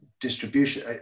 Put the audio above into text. distribution